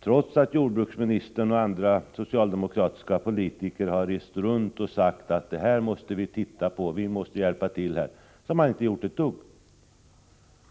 Trots att jordbruksministern och andra socialdemokratiska politiker har rest runt och sagt att man måste titta på detta och att man måste hjälpa till har man inte gjort ett dugg.